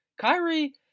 Kyrie